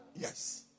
Yes